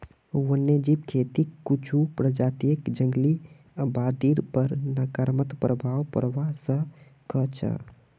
वन्यजीव खेतीक कुछू प्रजातियक जंगली आबादीर पर नकारात्मक प्रभाव पोड़वा स ख छ